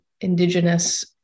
indigenous